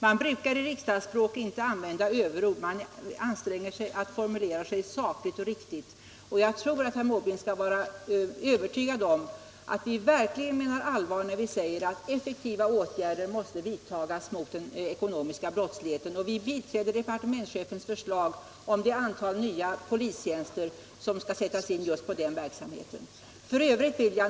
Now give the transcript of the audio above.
Man brukar i riksdagsspråk inte använda överord, utan man anstränger sig att formulera sig sakligt och balanserat, och jag tror att herr Måbrink kan vara övertygad om att vi verkligen menar allvar när vi säger att effektiva åtgärder måste vidtas mot den ekonomiska brottsligheten. Vi biträder departementschefens förslag om det antal nya polistjänster som skall sättas in just på denna verksamhet.